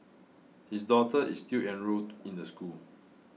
his daughter is still enrolled in the school